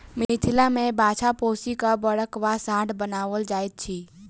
मिथिला मे बाछा पोसि क बड़द वा साँढ़ बनाओल जाइत अछि